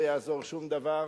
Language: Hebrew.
לא יעזור שום דבר,